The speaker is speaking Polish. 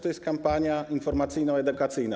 To jest kampania informacyjno-edukacyjna.